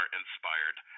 inspired